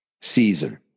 season